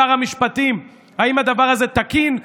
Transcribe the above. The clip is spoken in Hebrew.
שר המשפטים, האם הדבר הזה תקין?